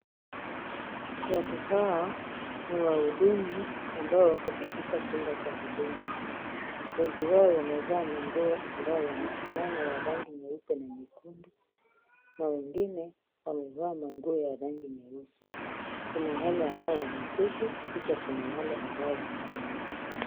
Watu hawa ni wahudumu ambao wako katika chumba cha huduma. Wengi wao wamevaa manguo ambayo yanafanana ya rangi nyeupe na nyekundu, na wengine wamevaa manguo ya rangi nyeusi. Kuna wale ambao wameketi, kisha kuna wale ambao wamesimama.